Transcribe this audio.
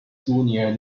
junior